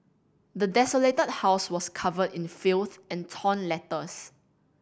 the desolated house was covered in filth and torn letters